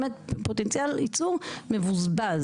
באמת, פוטנציאל ייצור מבוזבז.